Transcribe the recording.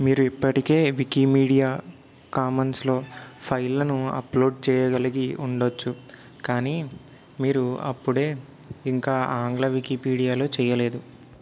మీరు ఇప్పటికే వికీపీడియా కామన్స్లో ఫైళ్ళను అప్లోడ్ చేయగలిగి ఉండవచ్చు కానీ మీరు అప్పుడే ఇంకా ఆంగ్ల వికీపీడియాలో చేయలేదు